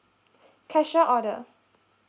cashier order